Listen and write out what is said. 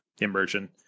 immersion